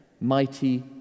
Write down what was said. Mighty